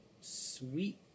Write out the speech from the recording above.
Sweet